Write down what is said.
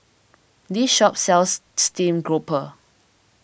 this shop sells Steamed Grouper